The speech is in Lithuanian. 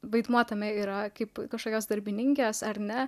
vaidmuo tame yra kaip kažkokios darbininkės ar ne